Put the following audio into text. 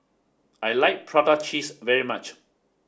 I like Prata Cheese very much